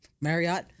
Marriott